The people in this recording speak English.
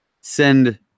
send